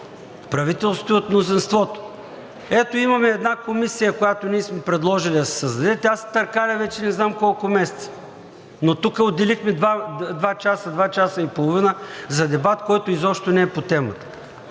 правителството и от мнозинството. Ето, имаме една комисия, която ние сме предложили да се създаде – тя се търкаля вече не знам колко месеца, но тук отделихме два часа, два часа и половина, за дебат, който изобщо не е по темата.